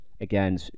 again